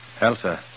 Elsa